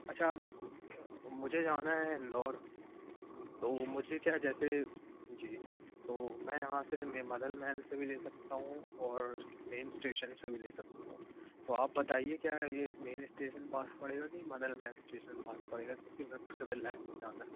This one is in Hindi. अच्छा मुझे जाना है इंदौर तो वो मुझे क्या जैसे जी तो मैं यहाँ से मदलमहल से भी ले सकता हूँ और मेन स्टेशन से भी ले सकता हूँ तो आप बताइए क्या है ये इस मेन स्टेशन पास पड़ेगा की मदलमहल स्टेशन पास पड़ेगा क्योंकि मेरे को सिविल लाइन नहीं जाना